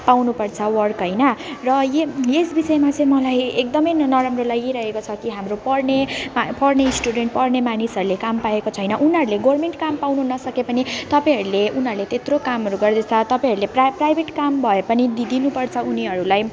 पाउनुपर्छ वर्क होइन र ए यस विषयमा चाहिँ मलाई ए एकदमै नराम्रो लागिरहेको छ कि हाम्रो पढ्ने पढ्ने स्टुडेन्ट पढ्ने मानिसहरूले काम पाएको छैन उनीहरूले गभर्मेन्ट काम पाउनु नसके पनि तपाईँहरूले उनीहरूले त्यत्रो कामहरू गर्दैछ तपाईँहरूले प्राइभेट काम भए पनि दिई दिनुपर्छ उनीहरूलाई